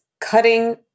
cutting